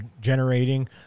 generating